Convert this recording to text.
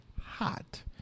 hot